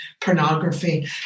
pornography